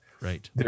Right